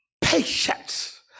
patience